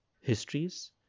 histories